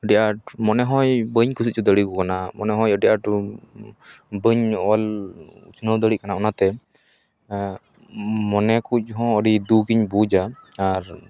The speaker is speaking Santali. ᱟᱹᱰᱤ ᱟᱸᱴ ᱢᱚᱱᱮ ᱦᱳᱭ ᱵᱟᱹᱧ ᱠᱩᱥᱤ ᱚᱪᱚ ᱫᱟᱲᱮ ᱟᱠᱚ ᱠᱟᱱᱟ ᱢᱚᱱᱮ ᱦᱳᱭ ᱟᱹᱰᱤ ᱟᱸᱴ ᱵᱟᱹᱧ ᱚᱞ ᱩᱛᱱᱟᱹᱣ ᱫᱟᱲᱮᱭᱟᱜ ᱚᱱᱟᱛᱮ ᱢᱚᱱᱮ ᱠᱚᱦᱚᱸ ᱟᱹᱰᱤ ᱫᱩᱠ ᱤᱧ ᱵᱩᱡᱟ ᱟᱨ